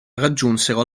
raggiunsero